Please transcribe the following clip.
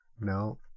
No